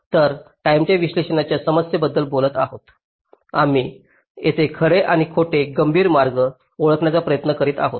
तर टाईमच्या विश्लेषणाच्या समस्येबद्दल बोलत आहोत आम्ही येथे खरे आणि खोटे गंभीर मार्ग ओळखण्याचा प्रयत्न करीत आहोत